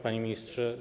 Panie Ministrze!